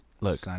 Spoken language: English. Look